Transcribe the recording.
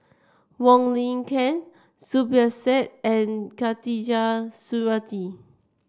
Wong Lin Ken Zubir Said and Khatijah Surattee